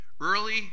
Early